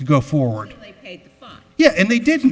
go forward yet and they didn't